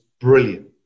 brilliant